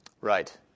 Right